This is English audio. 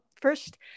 first